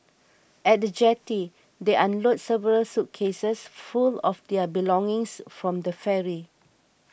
at the jetty they unload several suitcases full of their belongings from the ferry